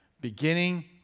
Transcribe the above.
Beginning